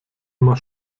immer